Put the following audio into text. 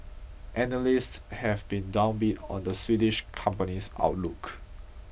analysts have been downbeat on the Swedish company's outlook